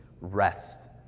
rest